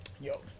yo